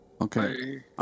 Okay